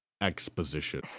exposition